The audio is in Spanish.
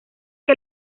que